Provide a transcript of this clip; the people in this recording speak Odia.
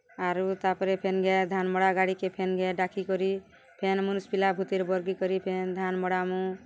ଆରୁ ତା'ପରେ ଫେନ୍ ଘାଏ ଧାନ୍ ମଡ଼ା ଗାଡ଼ିିକେ ଫେନ୍ ଘାଏ ଡାକିକରି ଫେନ୍ ମୁନୁଷ୍ ପିଲା ଭୂତିରେ ବର୍ଗି କରି ଫେନ୍ ଧାନ୍ ମଡ଼ାମୁ